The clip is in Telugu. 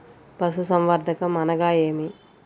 పశుసంవర్ధకం అనగా ఏమి?